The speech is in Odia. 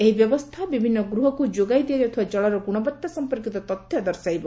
ଏହି ବ୍ୟବସ୍ଥା ବିଭିନ୍ନ ଗୃହକୁ ଯୋଗାଇ ଦିଆଯାଉଥିବା ଜଳର ଗୁଣବତ୍ତା ସମ୍ପର୍କୀତ ତଥ୍ୟ ଦର୍ଶାଇବ